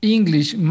English